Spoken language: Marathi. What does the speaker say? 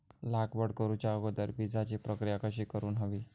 लागवड करूच्या अगोदर बिजाची प्रकिया कशी करून हवी?